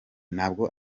ntabwo